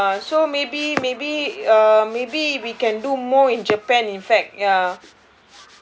ya so maybe maybe uh maybe we can do more in japan in fact ya